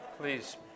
Please